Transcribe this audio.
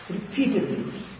Repeatedly